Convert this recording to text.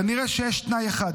כנראה שיש תנאי אחד,